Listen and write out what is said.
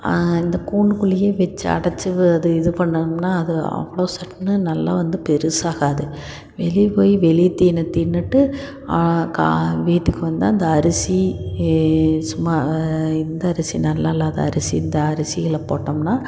அந்த கூண்டுக்குள்ளேயே வெச்சு அடைச்சி அது இது பண்ணோம்ன்னா அது அவ்வளோ சட்டுன்னு நல்லா வந்து பெருசாகாது வெளியே போய் வெளி தீனி தின்னுவிட்டு வீட்டுக்கு வந்தால் அந்த அரிசி சும்மா இந்த அரிசி நல்லா இல்லாத அரிசி இந்த அரிசிகளை போட்டோம்னா